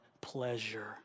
pleasure